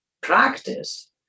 practice